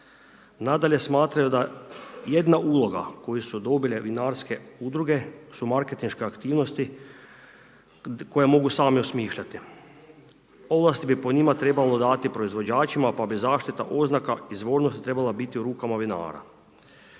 Nadalje, smatraju da jedna uloga, koju su dobile vinarske udruge su marketinške aktivnosti, koje mogu same osmišljani. Ovlasti bi po njima, trebalo dati proizvođačima, pa bi zaštita oznaka izvornosti trebala biti u rukama vinara.